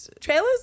trailers